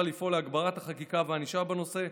כדי לפעול להגברת החקיקה והענישה בנושא,